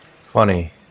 Funny